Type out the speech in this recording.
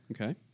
Okay